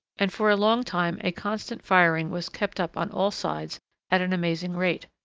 and for a long time a constant firing was kept up on all sides at an amazing rate.